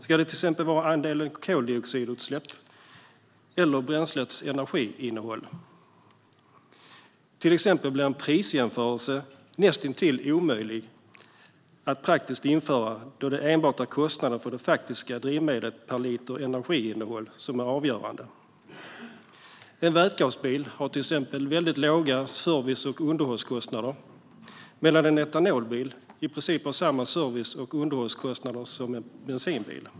Ska det till exempel vara andelen koldioxidutsläpp eller bränslets energiinnehåll? Exempelvis blir en prisjämförelse näst intill omöjlig att införa praktiskt, då det inte enbart är kostnaden för det faktiska drivmedlet per liter energiinnehåll som är avgörande. En vätgasbil har till exempel väldigt låga service och underhållskostnader, medan en etanolbil i princip har samma service och underhållskostnader som en bensinbil.